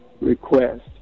request